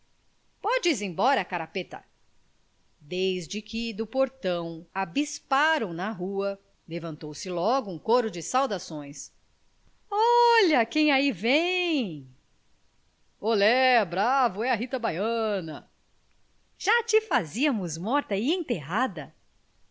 podes ir embora carapeta desde que do portão a bisparam na rua levantou-se logo um coro de saudações olha quem ai vem olé bravo é a rita baiana já te fazíamos morta e enterrada